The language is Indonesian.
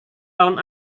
tahun